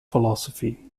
philosophy